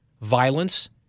violence